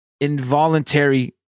involuntary